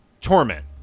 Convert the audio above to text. Torment